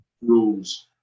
Rules